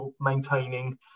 maintaining